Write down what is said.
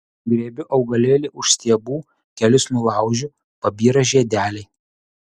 griebiu augalėlį už stiebų kelis nulaužiu pabyra žiedeliai